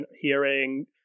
hearing